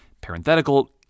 Parenthetical